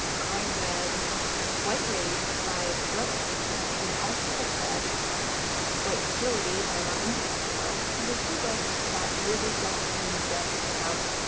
i read white rage by carol anderson, and i also read um white fragility by robin diangelo. these are two books that really go in depth about